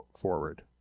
forward